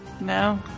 no